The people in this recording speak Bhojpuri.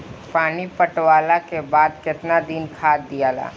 पानी पटवला के बाद केतना दिन खाद दियाला?